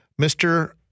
Mr